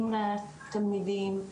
אם לתלמידים.